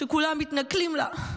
שכולם מתנכלים לה,